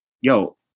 yo